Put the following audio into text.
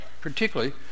particularly